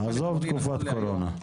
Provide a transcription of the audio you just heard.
עזוב תקופת קורונה.